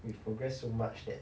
we've progressed so much that